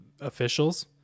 officials